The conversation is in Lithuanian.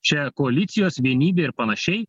čia koalicijos vienybė ir panašiai